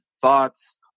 thoughts